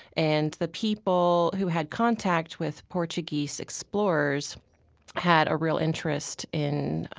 and the people who had contact with portuguese explorers had a real interest in